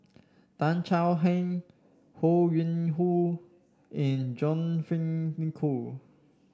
Tan Chay Yan Ho Yuen Hoe and John Fearns Nicoll